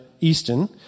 Easton